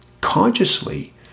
consciously